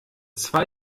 zwei